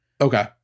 Okay